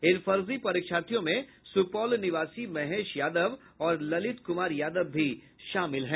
इन फर्जी परीक्षार्थियों में सुपौल निवासी महेश यादव और ललित कुमार यादव भी शामिल हैं